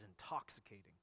intoxicating